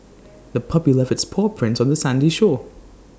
the puppy left its paw prints on the sandy shore